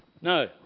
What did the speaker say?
No